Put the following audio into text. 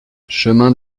chemin